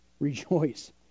Rejoice